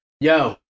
Yo